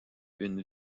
une